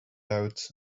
out